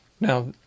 Now